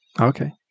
Okay